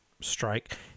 strike